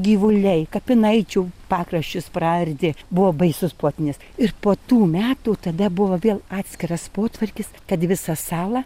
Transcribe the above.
gyvuliai kapinaičių pakraščius praardė buvo baisus potvynis ir po tų metų tada buvo vėl atskiras potvarkis kad visą salą